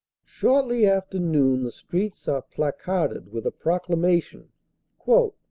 shortly after noon the streets are placarded with a pro clamation,